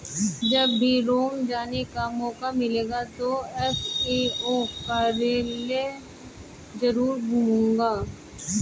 जब भी रोम जाने का मौका मिलेगा तो एफ.ए.ओ कार्यालय जरूर घूमूंगा